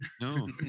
No